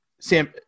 sam